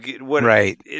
right